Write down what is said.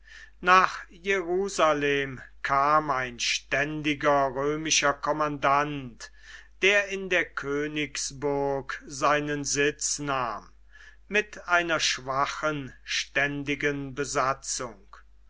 nach jerusalem kam ein ständiger römischer kommandant der in der königsburg seinen sitz nahm mit einer schwachen ständigen besatzung